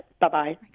bye-bye